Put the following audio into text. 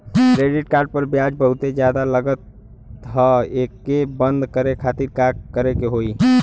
Credit card पर ब्याज बहुते ज्यादा लगत ह एके बंद करे खातिर का करे के होई?